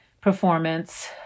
performance